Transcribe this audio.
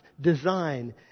design